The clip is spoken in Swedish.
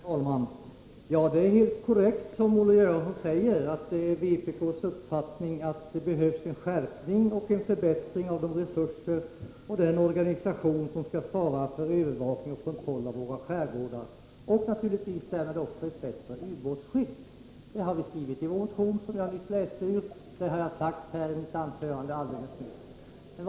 Herr talman! Det är helt korrekt som Olle Göransson säger, att vpk:s uppfattning är att det behövs en skärpning och en förbättring av de resurser och den organisation som skall svara för övervakning och kontroll av våra skärgårdar och naturligtvis därmed även ett bättre ubåtsskydd. Det har vi skrivit i den motion som jag nyss läste ur, och det har jag sagt här i mitt anförande alldeles nyss.